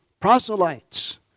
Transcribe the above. Proselytes